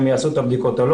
הבדיקות.